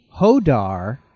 Hodar